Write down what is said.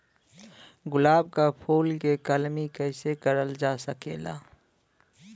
गुलाब क फूल के कलमी कैसे करल जा सकेला?